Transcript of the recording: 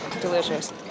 delicious